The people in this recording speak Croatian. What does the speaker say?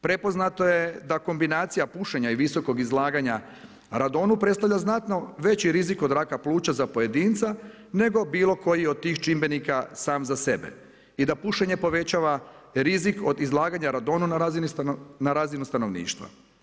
Prepoznato je da kombinacija pušenja i visokog izlaganja radonu predstavlja znatno veći rizik od raka pluća od pojedinca nego bilo koji od tih čimbenika sam za sebe i da pušenje povećava rizik od izlaganja radonu na razinu stanovništva.